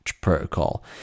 protocol